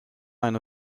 eine